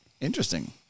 Interesting